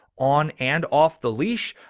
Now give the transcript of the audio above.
on and off the leash.